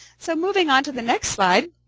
so moving on to the next slide.